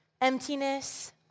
emptiness